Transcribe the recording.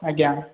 ଆଜ୍ଞା